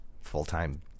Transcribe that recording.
full-time